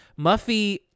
Muffy